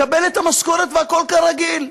מקבל את המשכורת והכול כרגיל.